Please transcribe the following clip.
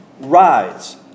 Rise